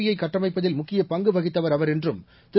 யை கட்டமைப்பதில் முக்கியப் பங்கு வகித்தவர் அவர் என்றும் திரு